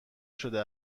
شده